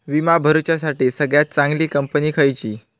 विमा भरुच्यासाठी सगळयात चागंली कंपनी खयची?